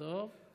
טוב.